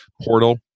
portal